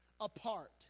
apart